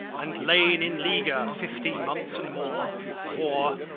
and lain in leaguer fifteen months and more for,